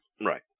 Right